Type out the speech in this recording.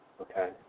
okay